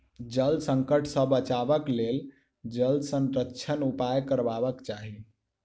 जल संकट सॅ बचबाक लेल जल संरक्षणक उपाय करबाक चाही